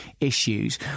issues